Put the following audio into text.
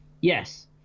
yes